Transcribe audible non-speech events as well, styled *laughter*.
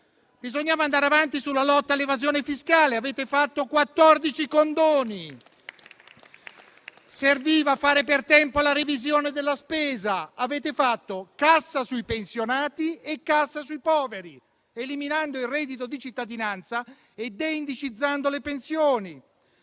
Bisognava andare avanti sulla lotta all'evasione fiscale e avete fatto quattordici condoni. *applause* Serviva fare per tempo la revisione della spesa e avete fatto cassa sui pensionati e cassa sui poveri, eliminando il reddito di cittadinanza e deindicizzando le pensioni.